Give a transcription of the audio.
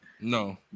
No